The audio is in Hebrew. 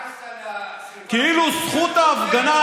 התייחסת לסביבה,